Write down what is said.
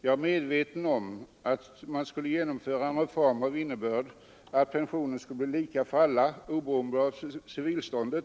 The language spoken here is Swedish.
Jag är medveten om att lika pension för alla, oberoende av civilstånd,